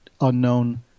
unknown